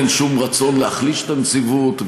אין שום רצון להחליש את הנציבות,